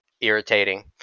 irritating